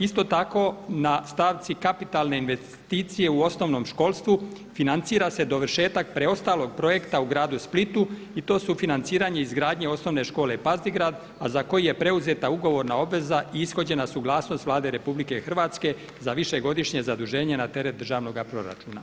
Isto tako na stavci kapitalne investicije u osnovnom školstvu financira se dovršetak preostalog projekta u gradu Splitu i to sufinanciranje izgradnje Osnovne škole Pazigrad, a za koji je preuzeta ugovorna obveza i ishođena suglasnost Vlade RH za višegodišnje zaduženje na teret državnoga proračuna.